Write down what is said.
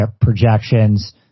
projections